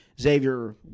Xavier